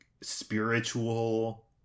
spiritual